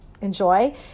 enjoy